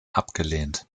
abgelehnt